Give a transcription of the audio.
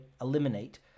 eliminate